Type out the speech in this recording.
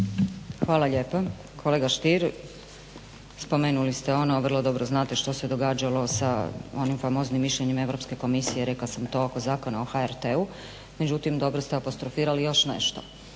Hvala lijepa. Kolega Stier, spomenuli ste ono vrlo dobro znate što se događalo sa onim famoznim mišljenjem Europske komisije, rekla sam to oko Zakona o HRT-u. Međutim, dobro ste apostrofirali još nešto.